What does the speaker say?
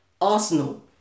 Arsenal